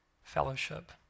fellowship